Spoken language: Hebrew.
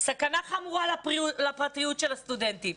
סכנה חמורה לפרטיות של הסטודנטים.